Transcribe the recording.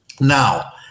Now